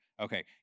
Okay